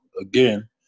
again